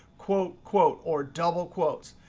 quote quote or double quotes.